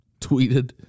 tweeted